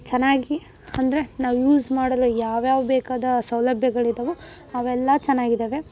ಚೆನ್ನಾಗಿ ಅಂದರೆ ನಾವು ಯೂಸ್ ಮಾಡಲು ಯಾವ್ಯಾವ ಬೇಕಾದ ಸೌಲಭ್ಯಗಳಿದ್ದಾವೋ ಅವೆಲ್ಲ ಚೆನ್ನಾಗಿದಾವೆ